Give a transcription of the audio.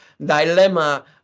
dilemma